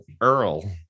Earl